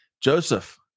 Joseph